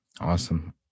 Awesome